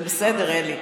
זה בסדר, אלי.